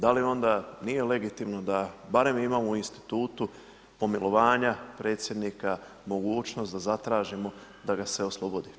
Da li onda nije legitimno da barem imamo u institutu pomilovanja predsjednika mogućnost da zatražimo da ga se oslobodi?